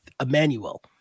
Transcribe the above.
emmanuel